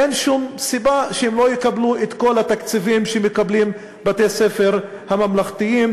אין שום סיבה שהם לא יקבלו את כל התקציבים שמקבלים בתי-הספר הממלכתיים.